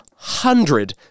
hundred